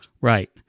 Right